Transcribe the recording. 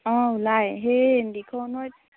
অঁ ওলাই সেই দিখৌ নৈত